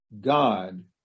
God